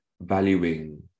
valuing